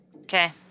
Okay